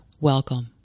Welcome